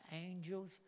angels